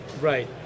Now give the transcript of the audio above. right